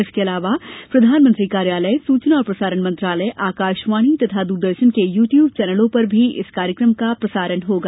इसके अलावा प्रधानमंत्री कार्यालय सूचना और प्रसारण मंत्रालय आकाशवाणी तथा दूरदर्शन के यूट्यूब चैनलों पर भी इस कार्यक्रम का सीधा प्रसारण होगा